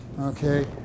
okay